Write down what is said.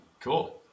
Cool